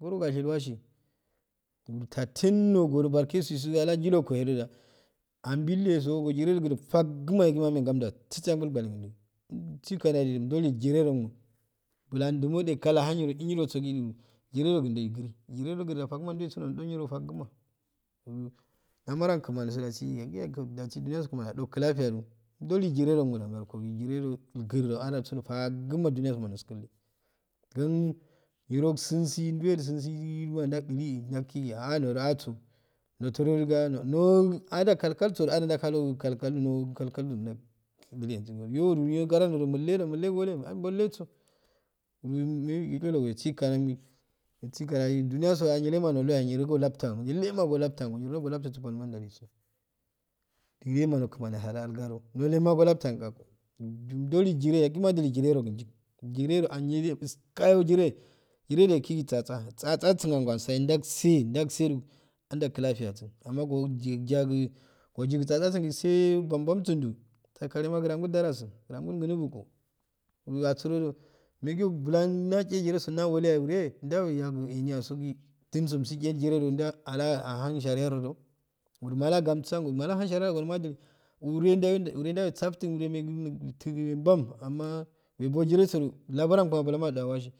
Gorogashel washi tahtennogodo barkerogi sisu alajilokoleda ambileso go jire rogo faguma yaguma anehelago ngamddu atsite angol gwanengiyo umsi kanaji umdolu jire rogunda fagum iljo niro fagum lamara kmani so dasi yagi yagi yagi kkal jagi kmam ajo klafiya gu umdolu jire roguma ja ngal kko jirado ilgroadaso faguma dumyaso ilskumddo kuh niro ilsunnsi nduhe ilsin si gu ndulu ndalijugu ensije dangigi ahah udaw daw asu note do do ndu mo dudu ah kakajgu no kal kalgu nol kalgu kai gu udidu tu ensu ehh niro gada to niro mike mulligoji niyo niyo wesikkanodi umsukandi juni yaso ahh myellemand niyelama ngo apttu nilama ngo vaptuw lattu palma ndaliso ekgogi nino kmani ahala aluga to nolema ngo laptugu ukdolu jire yaguma audolu jire rogu yuk jiredo anyillima ilskayo jire jirejo ekiji tsatsa tsa tsa gnu angol tsenwu ndaktsse ndaktsse do ildo klafiya sun amma gogigu ulya gu oji gu tsatsa gu osse bomoom su ijnn sakallelua gudan darasi gnda nigunu bu iyo asuro do megiyo bulan nagn jioeso ndaweleyayu whore dawayamo eniyaso gi gu misu gun jiri ala alahun ghri mala augamsu mala hun shawa gunlo madaunu wure ndue wure ndehe safttun uulmemesu tuggim bbon amma we bo jire so ji labara gu ma bulama ah loasi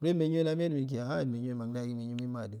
wondo wegi ehiyo wemengayo negigo mimadu.